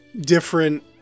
different